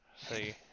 see